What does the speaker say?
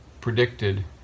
predicted